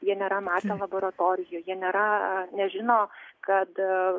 jie nėra matę laboratorijų jie nėra nežino kad